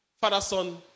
father-son